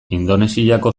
indonesiako